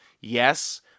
yes